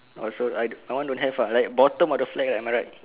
also I my one don't have uh like bottom of the flag uh am I right